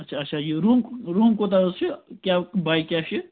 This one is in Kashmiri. اچھا اچھا یہِ روٗم روٗم کوٗتاہ حظ چھِ کیٛاہ باے کیٛاہ چھِ یہِ